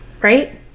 Right